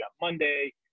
Monday